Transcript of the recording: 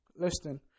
Listen